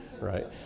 right